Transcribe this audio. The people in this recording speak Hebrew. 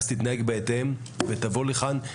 התנהג בהתאם ותבוא לכאן.